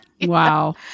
Wow